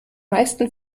meisten